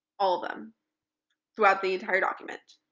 all of them throughout the entire document.